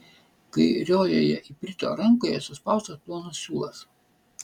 kairiojoje iprito rankoje suspaustas plonas siūlas